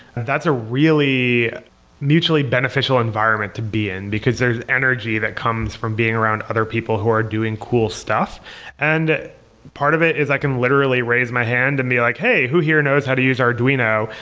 that's a really mutually beneficial environment to be in, because there's energy that comes from being around other people who are doing cool stuff and part of it is i can literally raise my hand and be like, hey, who here knows how to use arduino?